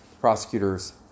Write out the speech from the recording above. prosecutor's